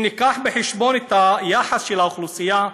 אם נביא בחשבון את יחס האוכלוסייה,